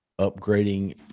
upgrading